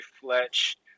Fletch